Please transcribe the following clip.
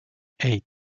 eight